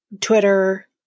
Twitter